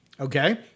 okay